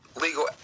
legal